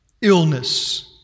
illness